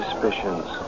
suspicions